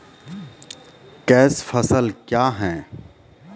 Cash फसल क्या हैं?